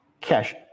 cash